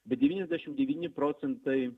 bet devyniasdešim devyni procentai